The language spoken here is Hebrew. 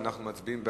אנחנו מצביעים.